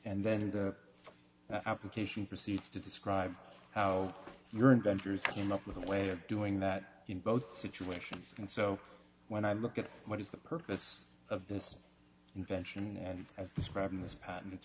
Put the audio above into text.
and then and application proceeds to describe how your inventors came up with a way of doing that in both situations and so when i look at what is the purpose of this invention and as described in this patent it's